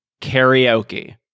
karaoke